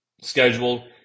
schedule